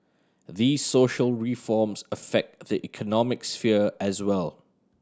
these social reforms affect the economic sphere as well